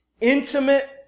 intimate